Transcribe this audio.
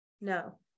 No